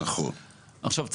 עכשיו,